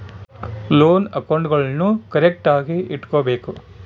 loan ಅಕೌಂಟ್ಗುಳ್ನೂ ಕರೆಕ್ಟ್ಆಗಿ ಇಟಗಬೇಕು